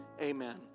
amen